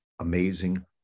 amazing